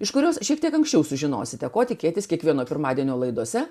iš kurios šiek tiek anksčiau sužinosite ko tikėtis kiekvieno pirmadienio laidose